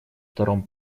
втором